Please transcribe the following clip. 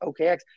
OKX